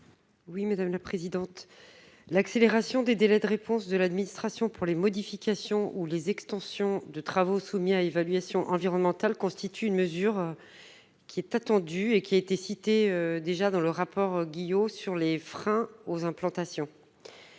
n° 48 rectifié. L'accélération des délais de réponse de l'administration pour les modifications ou extensions de travaux soumis à évaluation environnementale constitue une mesure attendue, citée dans le rapport Guillot sur les freins aux implantations.